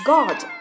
God